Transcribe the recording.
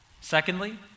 Secondly